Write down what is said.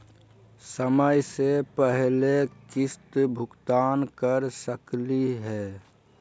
समय स पहले किस्त भुगतान कर सकली हे?